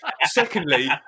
Secondly